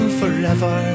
forever